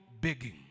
begging